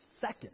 second